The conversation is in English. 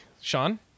Sean